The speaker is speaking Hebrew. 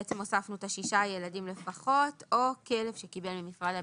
שהוספנו את שישה הילדים לפחות או כלב שקיבל ממשרד הביטחון,